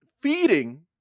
feeding